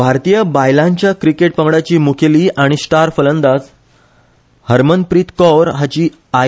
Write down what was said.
भारतीय बायलांच्या क्रिकेट पंगडाची मुखेली आनी स्टार फलंदाज हरमनप्रीत कौर हाची आय